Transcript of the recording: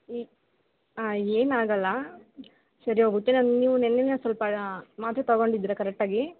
ಈ ಹಾಂ ಏನಾಗೊಲ್ಲ ಸರಿ ಹೋಗುತ್ತೆ ನೀವು ನಿನ್ನೆನೆ ಸ್ವಲ್ಪ ಮಾತ್ರೆ ತಗೊಂಡಿದ್ರಾ ಕರೆಕ್ಟಾಗಿ